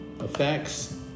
effects